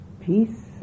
Peace